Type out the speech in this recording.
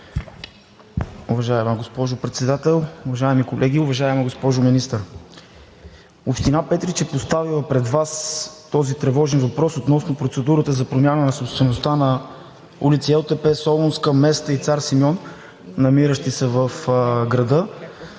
Уважаема госпожо Председател, уважаеми колеги! Уважаема госпожо Министър, община Петрич е поставяла пред Вас този тревожен въпрос относно процедурата за промяна на собствеността на улици „Елтепе“, „Солунска“, „Места“ и „Цар Симеон“, намиращи се в града,